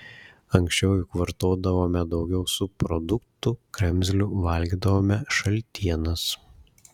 anksčiau juk vartodavome daugiau subproduktų kremzlių valgydavome šaltienas